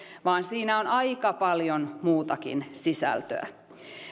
vaan siinä on aika paljon muutakin sisältöä